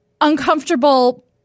uncomfortable